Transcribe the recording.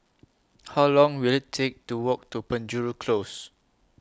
How Long Will IT Take to Walk to Penjuru Close